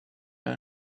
earn